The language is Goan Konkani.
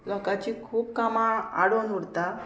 लोकांची खूब कामां आडोन उरता